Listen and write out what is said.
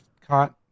caught